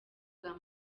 bwa